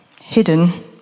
hidden